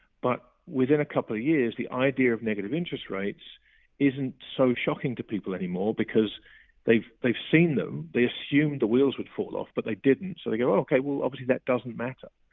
but within a couple of years, the idea of negative interest rates isn't so shocking to people anymore, because they've they've seen them. they assume the wheels would fall off, but they didn't, so they go oh, okay, obviously that doesn't matter.